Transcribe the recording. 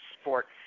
sport